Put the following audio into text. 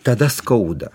tada skauda